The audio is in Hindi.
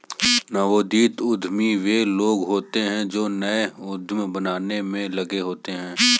नवोदित उद्यमी वे लोग होते हैं जो नए उद्यम बनाने में लगे होते हैं